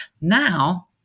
Now